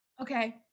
Okay